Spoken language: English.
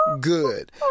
good